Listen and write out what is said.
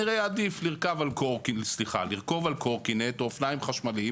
כנראה יעדיף לרכב על קורקינט או אופניים חשמליים